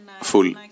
full